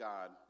God